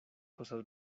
cosas